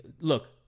look